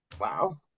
Wow